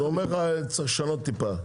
אז אתה אומר צריך לשנות טיפה?